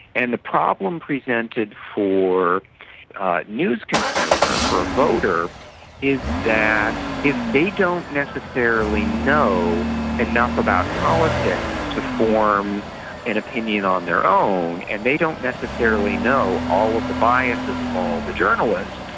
and the problem presented for news consumers or voters is that if they don't necessarily know enough about politics to form an opinion on their own and they don't necessarily know all of the biases of all the journalists,